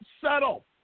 settle